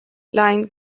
line